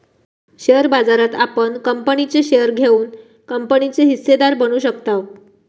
share बाजारात आपण कंपनीचे शेअर घेऊन कंपनीचे हिस्सेदार बनू शकताव